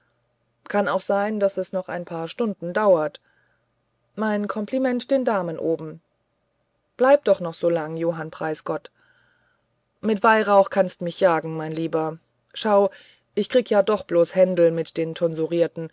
kann auch sein daß es noch ein paar stunden dauert mein kompliment den damen oben bleib doch noch so lange johann preisgott mit weihrauch kannst mich jagen mein lieber schau ich krieg ja doch bloß händel mit den